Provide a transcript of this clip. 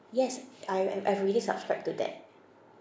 yes I I've I've already subscribed to that